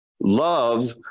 Love